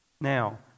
Now